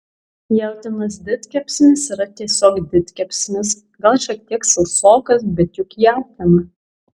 jautienos didkepsnis yra tiesiog didkepsnis gal šiek tiek sausokas bet juk jautiena